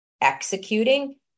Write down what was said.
executing